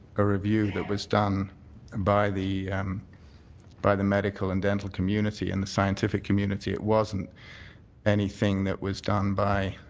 a review that was done and by the um by the medical and dental community and the scientific community. it wasn't anything that was done by